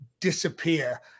disappear